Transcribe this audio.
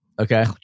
Okay